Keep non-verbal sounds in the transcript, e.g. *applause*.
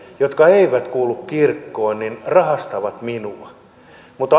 jotka eivät kuulu kirkkoon rahastavat minua mutta *unintelligible*